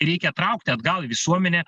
reikia traukti atgal į visuomenę